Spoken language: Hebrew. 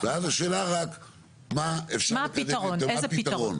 ואז השאלה מה הפתרון המיטבי,